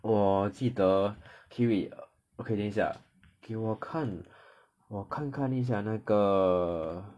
我记得 kiwi okay 等一下给我看我看看一下那个